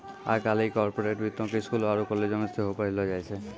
आइ काल्हि कार्पोरेट वित्तो के स्कूलो आरु कालेजो मे सेहो पढ़ैलो जाय छै